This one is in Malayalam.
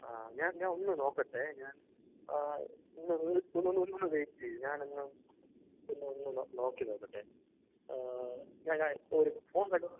ആ ഞാൻ ഞാൻ ഒന്ന് നോക്കട്ടെ ഞാൻ ആ നിങ്ങൾ ഒന്നൊന്നൊന്നൊന്ന് വെയിറ്റ് ചെയ്യ് ഞാനൊന്ന് ഒന്ന് ഒന്ന് നോക്കി നോക്കട്ടെ ഞാൻ ഞാൻ ഒരു ഫോൺ കണ്ടു